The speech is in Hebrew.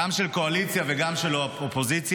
גם של הקואליציה וגם שלו האופוזיציה,